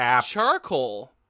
charcoal